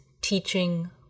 teaching